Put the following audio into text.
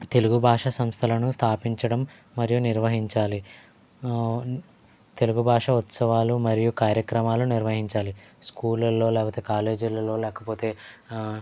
తెలుగు భాషా సంస్థలను స్థాపించడం మరియు నిర్వహించాలి ఆ తెలుగు భాషా ఉత్సవాలు మరియు కార్యక్రమాలు నిర్వహించాలి స్కూళ్లలో లేకపోతే కాలేజీలలో లేకపోతే ఆ